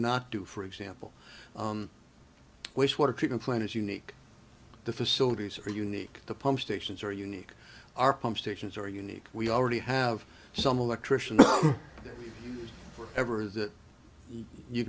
not do for example wastewater treatment plant is unique the facilities are unique the pump stations are unique our pump stations are unique we already have some electricians ever that you